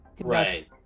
Right